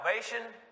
salvation